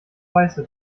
weiße